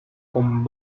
con